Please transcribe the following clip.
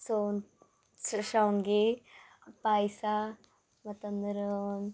so ಶಾವ್ಗಿ ಪಾಯಸ ಮತ್ತು ಅಂದರೆ